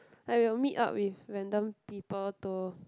I will meet up with random people to